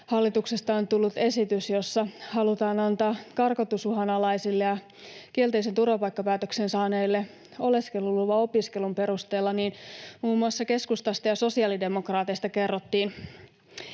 hallituksesta on tullut esitys, jossa halutaan antaa karkotusuhan alaisille ja kielteisen turvapaikkapäätöksen saaneille oleskelulupa opiskelun perusteella, niin muun muassa keskustasta ja sosiaalidemokraateista kerrottiin,